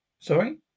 Sorry